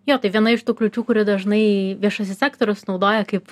jo tai viena iš tų kliūčių kuri dažnai viešasis sektorius naudoja kaip